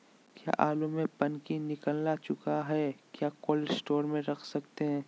क्या आलु में पनकी निकला चुका हा क्या कोल्ड स्टोरेज में रख सकते हैं?